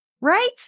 right